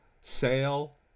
Sale